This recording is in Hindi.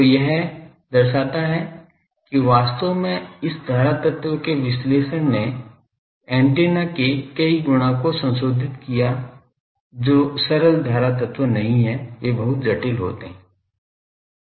तो यह दर्शाता है कि वास्तव में इस धारा तत्व के विश्लेषण ने ऐन्टेना के कई गुणों को संशोधित किया जो सरल धारा तत्व नहीं हैं वे बहुत जटिल होते हैं